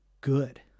good